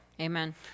Amen